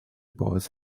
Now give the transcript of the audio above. boys